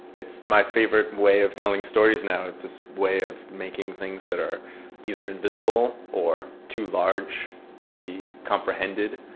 it's my favorite way of telling stories now. it's this way of making things that are either invisible or too large to be comprehended,